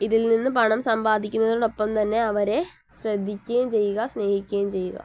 ഇതിൽനിന്ന് പണം സമ്പാദിക്കുന്നതോടൊപ്പം തന്നെ അവരെ ശ്രദ്ധിക്കുകയും ചെയ്യുക സ്നേഹിക്കുകയും ചെയ്യുക